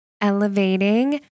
elevating